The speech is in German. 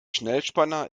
schnellspanner